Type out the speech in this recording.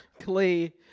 Klee